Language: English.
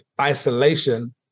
isolation